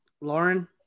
Lauren